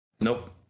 Nope